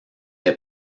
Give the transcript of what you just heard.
est